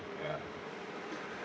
ya